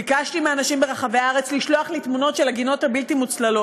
ביקשתי מאנשים ברחבי הארץ לשלוח לי תמונות של הגינות הבלתי-מוצללות,